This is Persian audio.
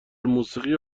موسیقی